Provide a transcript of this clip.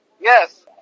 yes